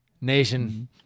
Nation